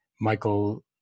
Michael